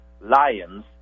lions